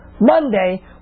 Monday